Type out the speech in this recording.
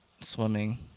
swimming